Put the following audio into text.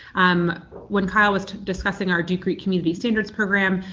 um when kyle was discussing our duke greek community standards program,